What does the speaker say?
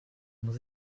muss